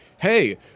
hey